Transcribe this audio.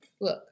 Look